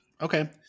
Okay